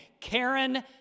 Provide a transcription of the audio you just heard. Karen